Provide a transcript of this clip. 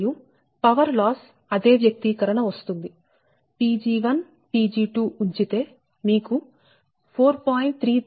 మరియు power loss అదే వ్యక్తీకరణ వస్తుంది Pg1 Pg2 ఉంచితే మీకు 4